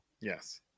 yes